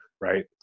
right